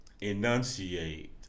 enunciate